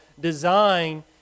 design